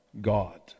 God